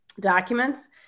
documents